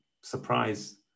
surprise